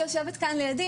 שיושבת כאן לידי,